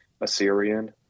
Assyrian